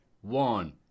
one